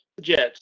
Jets